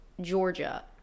Georgia